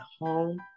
home